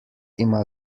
ima